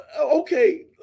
Okay